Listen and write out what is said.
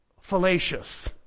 fallacious